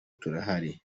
turahari